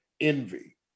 envy